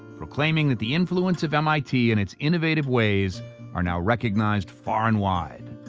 proclaiming that the influence of mit and its innovative ways are now recognized far and wide.